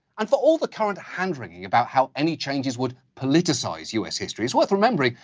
and for all the current handwringing about how any changes would politicize us history, it's worth remembering,